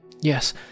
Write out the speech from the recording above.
Yes